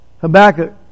Habakkuk